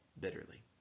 bitterly